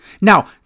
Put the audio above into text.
now